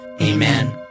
Amen